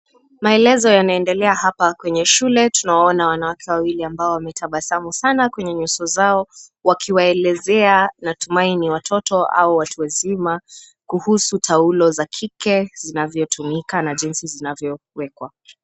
Maelezo yanaendelea hapa kwenye shule tunawaona wanawake wawili ambao wametabasamu sana kwenye nyuso zao wakiwaelezea natumai ni watoto au watu wazima kuhusu taulo za kike zinavyotumika na jinsi zinavyowekwa.